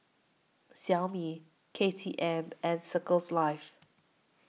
Xiaomi K T M and Circles Life